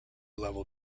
level